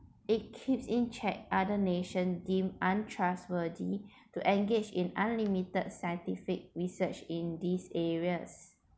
it keeps in check other nation deemed untrustworthy to engage in unlimited scientific research in this areas